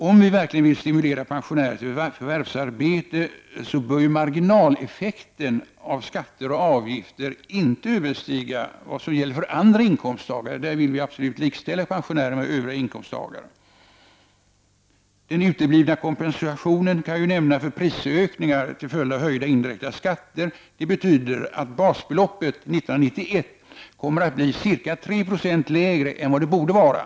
Om vi verkligen vill stimulera pensionärer till förvärvsarbete bör marginaleffekten av skatter och avgifter inte överstiga vad som gäller för andra inkomsttagare. Därvidlag vill vi likställa pensionärer med övriga inkomsttagare. Den uteblivna kompensationen för prisökningar till följd av höjda indirekta skatter betyder att basbeloppet 1991 kommer att bli ca 3 96 lägre än vad det borde vara.